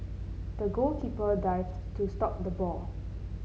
the goalkeeper dived to stop the ball